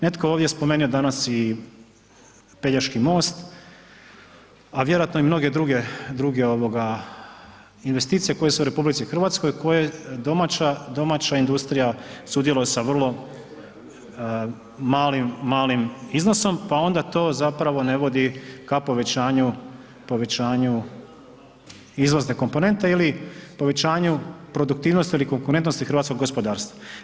Netko je ovdje danas spomenuo i Pelješki most, a vjerojatno i mnoge druge, druge ovoga investicije koje su u RH koje domaća, domaća industrija sudjeluje sa vrlo malim iznosom pa onda to zapravo ne vodi ka povećanju, povećanju izvozne komponente ili povećanju produktivnosti ili konkurentnosti hrvatskog gospodarstva.